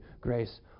grace